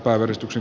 kannatan